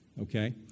okay